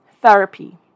therapy